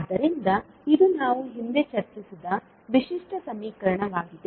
ಆದ್ದರಿಂದ ಇದು ನಾವು ಹಿಂದೆ ಚರ್ಚಿಸಿದ ವಿಶಿಷ್ಟ ಸಮೀಕರಣವಾಗಿದೆ